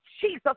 Jesus